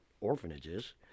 orphanages